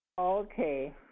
Okay